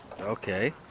Okay